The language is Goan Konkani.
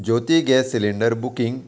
Jyoti gas cylinder booking